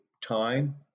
time